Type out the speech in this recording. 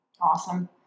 Awesome